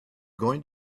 going